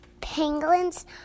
Penguins